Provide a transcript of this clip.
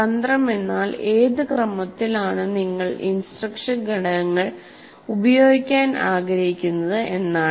തന്ത്രം എന്നാൽ ഏത് ക്രമത്തിലാണ് നിങ്ങൾ ഇൻസ്ട്രക്ഷൻ ഘടകങ്ങൾ ഉപയോഗിക്കാൻ ആഗ്രഹിക്കുന്നത് എന്നാണ്